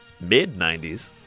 mid-90s